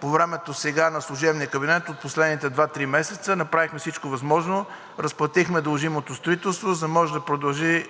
по времето сега – на служебния кабинет, в последните два – три месеца направихме всичко възможно – разплатихме дължимото строителство, за да може да продължи